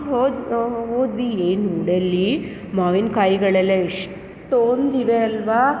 ಹೋದ ಹೊ ಹೋದ್ವಿ ಏನು ಡೆಲ್ಲೀ ಮಾವಿನು ಕಾಯಿಗಳೆಲ್ಲ ಎಷ್ಟೊಂದು ಇವೆ ಅಲ್ವ